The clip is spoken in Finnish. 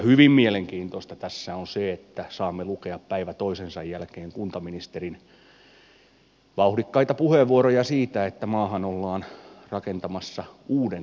hyvin mielenkiintoista tässä on se että saamme lukea päivä toisensa jälkeen kuntaministerin vauhdikkaita puheenvuoroja siitä että maahan ollaan rakentamassa kuuden kunnan mallia